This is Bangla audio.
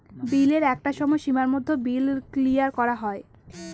বিলের একটা সময় সীমার মধ্যে বিল ক্লিয়ার করা হয়